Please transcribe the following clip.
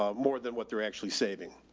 ah more than what they're actually saving.